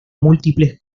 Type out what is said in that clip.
múltiples